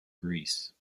greece